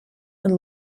and